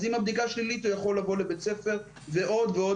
אז אם הבדיקה שלילית הוא יכול לבוא לבית הספר ועוד ועוד